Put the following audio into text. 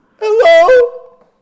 hello